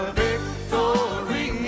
victory